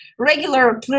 regular